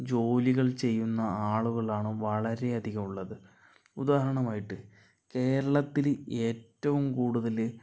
ജോലികൾ ചെയ്യുന്ന ആളുകളാണ് വളരെയധികം ഉള്ളത് ഉദാഹരണമായിട്ട് കേരളത്തില് എറ്റവും കൂടുതല്